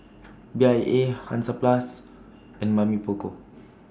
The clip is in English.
Bia Hansaplast and Mamy Poko